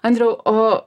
andriau o